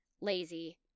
lazy